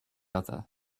other